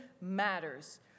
matters